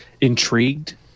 intrigued